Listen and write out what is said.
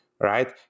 right